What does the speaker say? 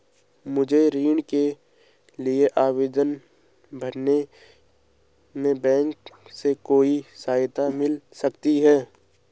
मुझे ऋण के लिए आवेदन भरने में बैंक से कोई सहायता मिल सकती है?